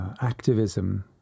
activism